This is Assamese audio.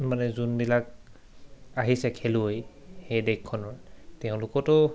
মানে যোনবিলাক আহিছে খেলুৱৈ সেই দেশখনৰ তেওঁলোকতো